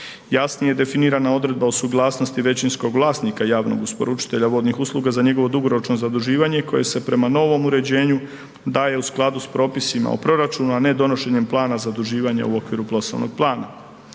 Jasnije definirana odredba o suglasnosti većinskog vlasnika javnog isporučitelja vodnih usluga za njegovo dugoročno zaduživanje koje se prema novom uređenju daje u skladu sa propisima o proračunu a ne donošenjem plana zaduživanja u okviru poslovnog plana.